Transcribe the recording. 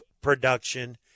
production